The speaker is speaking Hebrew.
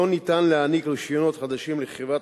אין אפשרות להעניק רשיונות חדשים לחברת